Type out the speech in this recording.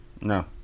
No